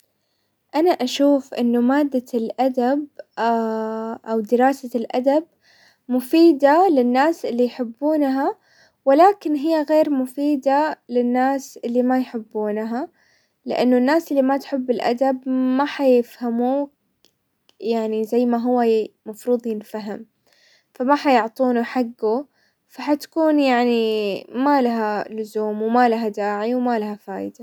انا اشوف انه مادة الادب او دراسة الادب مفيدة للناس اللي يحبونها، ولكن هي غير مفيدة للناس اللي ما يحبونها، لانه الناس اللي ما تحب الادب ما حيفهموه يعني زي ما هو مفروض ينفهم، فما حيعطونه حقه، فحتكون يعني ما لها لزوم وما لها داعي وما لها فايدة.